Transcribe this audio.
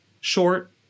short